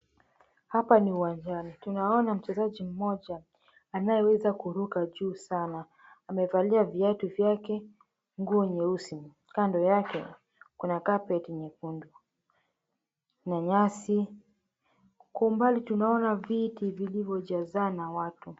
Hapa ni uanjani, tunaona mchezaji mmoja aliyeweza kuruka juu sana. Anevalia viatu vyake, nguo nyeusi. Kando yake kuna carpet nyekundu na nyasi. Kwa umbali tunaona viti vilivyo jazana watu.